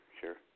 sure